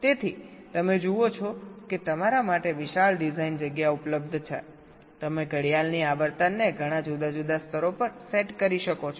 તેથી તમે જુઓ છો કે તમારા માટે વિશાળ ડિઝાઇન જગ્યા ઉપલબ્ધ છેતમે ઘડિયાળની આવર્તનને ઘણા જુદા જુદા સ્તરો પર સેટ કરી શકો છો